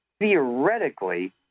theoretically